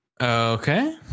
Okay